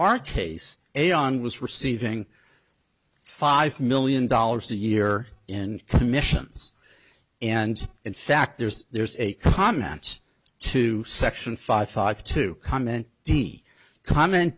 our case a on was receiving five million dollars a year in commissions and in fact there's there's a comments to section five five to comment d comment